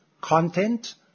content